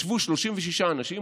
ישבו 36 אנשים,